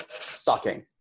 sucking